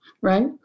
right